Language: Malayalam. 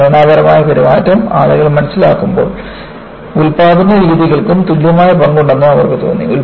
ഘടനാപരമായ പെരുമാറ്റം ആളുകൾ മനസിലാക്കുമ്പോൾ ഉൽപാദന രീതികൾക്കും തുല്യമായ പങ്കുണ്ടെന്ന് അവർക്ക് തോന്നി